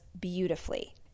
beautifully